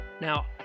Now